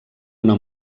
una